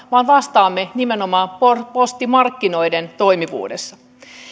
vaan vastaamme nimenomaan postimarkkinoiden toimivuudesta